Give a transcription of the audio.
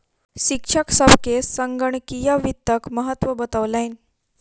शिक्षक सभ के संगणकीय वित्तक महत्त्व बतौलैन